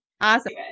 Awesome